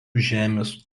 žemės